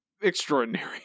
extraordinary